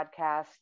podcast